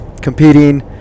competing